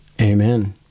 Amen